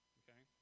okay